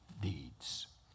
deeds